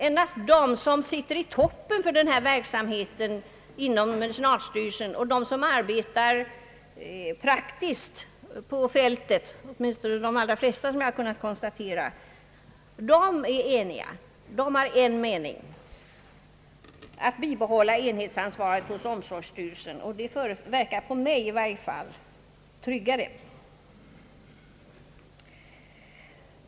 Endast de som sitter i toppen för denna verksamhet inom medicinalstyrelsen och de som arbetar praktiskt på fältet — åtminstone de allra flesta, har jag kunnat konstatera — har en mening, nämligen att man bör bibehålla enhetsansvaret hos omsorgsstyrelsen, vilket för mig verkar tryggare.